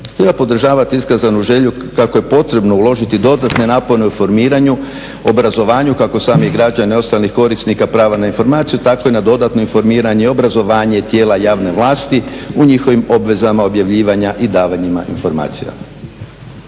Treba podržavat iskazanu želju kako je potrebno uložiti dodatne napore u formiranju, obrazovanju, kako samih građana i ostalih korisnika prava na informacije tako i na dodatno informiranje i obrazovanje tijela javne vlasti u njihovim obvezama objavljivanja i davanjima informacija.